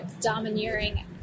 domineering